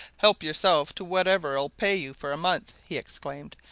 help yourself to whatever'll pay you for a month, he exclaimed.